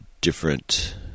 different